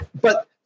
But-